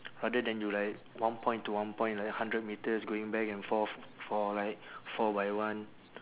rather than you like one point to one point like hundred metres going back and forth for like four by one